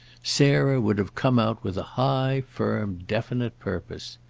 sarah would have come out with a high firm definite purpose.